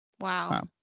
Wow